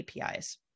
apis